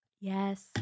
Yes